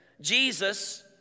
Jesus